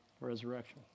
Resurrection